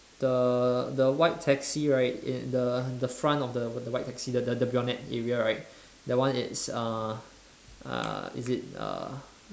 the the white taxi right in the the front of the the white taxi the the the bonnet area right that one it's uh uh is it the uh